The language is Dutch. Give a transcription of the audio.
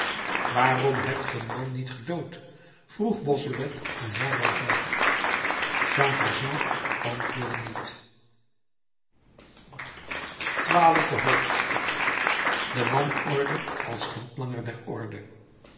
waarom hebt ge den man niet gedood vroeg bossuet aan jean valjean jean valjean antwoordde niet twaalfde hoofdstuk de wanorde als handlanger der orde